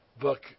book